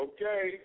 Okay